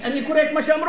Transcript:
אני קורא את מה שאמרו.